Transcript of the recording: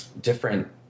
different